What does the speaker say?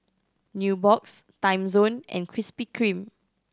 Nubox Timezone and Krispy Kreme